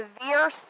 severe